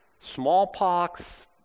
smallpox